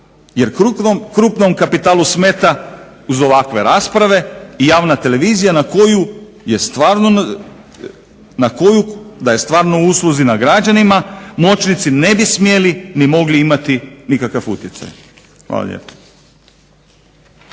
jer krupnom kapitalu smeta uz ovakve rasprave i javna televizija na koju je stvarno na usluzi građanima, moćnici ne bi smjeli niti mogli imati nikakav utjecaj. Hvala lijepo.